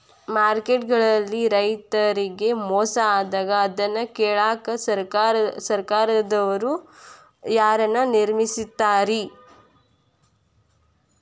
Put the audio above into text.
Market ಗಳಲ್ಲಿ ರೈತರಿಗೆ ಮೋಸ ಆದಾಗ ಅದನ್ನ ಕೇಳಾಕ್ ಸರಕಾರದವರು ಯಾರನ್ನಾ ನೇಮಿಸಿರ್ತಾರಿ?